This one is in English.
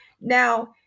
now